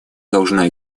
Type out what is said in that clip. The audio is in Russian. должна